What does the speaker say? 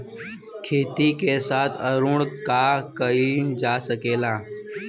खेती के साथ अउर का कइल जा सकेला?